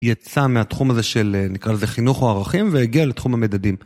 יצא מהתחום הזה של נקרא לזה חינוך או ערכים והגיע לתחום המדדים.